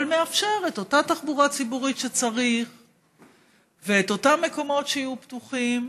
אבל מאפשר את אותה תחבורה ציבורית שצריך ואת אותם מקומות שיהיו פתוחים.